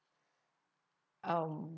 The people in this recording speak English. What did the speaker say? oh